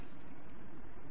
એવું નથી